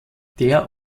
der